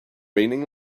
raining